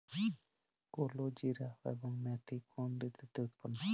কালোজিরা এবং মেথি কোন ঋতুতে উৎপন্ন হয়?